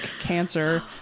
cancer